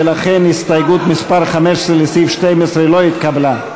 ולכן הסתייגות מס' 15 לסעיף 12 לא התקבלה.